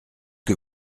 que